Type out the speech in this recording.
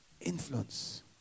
Influence